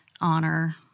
honor